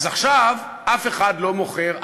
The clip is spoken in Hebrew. אז עכשיו אף אחד לא מוכר,